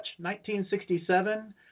1967